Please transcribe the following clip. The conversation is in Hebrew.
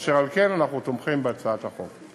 אשר על כן, אנחנו תומכים בהצעת החוק.